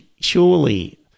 surely